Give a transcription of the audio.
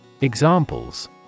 Examples